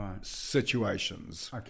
situations